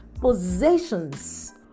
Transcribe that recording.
possessions